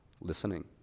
listening